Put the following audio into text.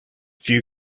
few